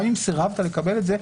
גם אם סירבת לקבל את זה,